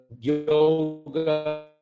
yoga